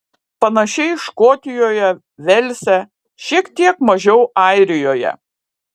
panašiai škotijoje velse šiek tiek mažiau airijoje